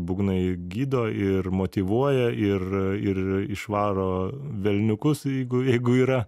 būgnai gydo ir motyvuoja ir ir išvaro velniukus jeigu jeigu yra